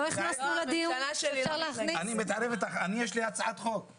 לי הצעת חוק